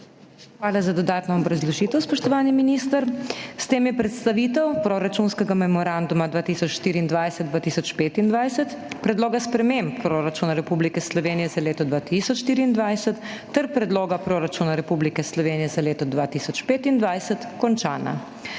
Hvala za dodatno obrazložitev, spoštovani minister. S tem je predstavitev proračunskega memoranduma 2024–2025, Predloga sprememb proračuna Republike Slovenije za leto 2024 ter Predloga proračuna Republike Slovenije za leto 2025 končana.